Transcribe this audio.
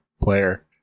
player